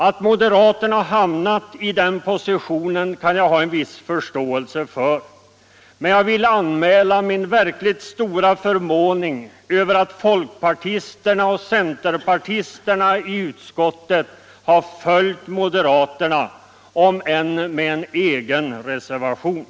Att moderaterna hamnat i den positionen kan jag ha viss förståelse för. Men jag vill anmäla min stora förvåning över att folkpartisten och centerpartisterna i utskottet har följt moderaterna — om än med en egen reservation.